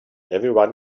everyone